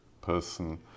person